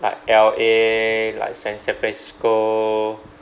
like L_A like san~ san francisco